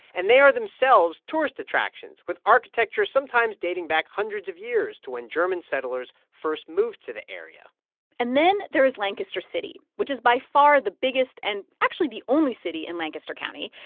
and they are themselves tourist attractions, with architecture sometimes dating back hundreds of years to when german settlers first moved to the area and then there is lancaster city, which is by far the biggest and actually the only city in lancaster county.